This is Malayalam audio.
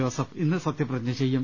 ജോസഫ് ഇന്ന് സത്യപ്രതിജ്ഞ ചെയ്യും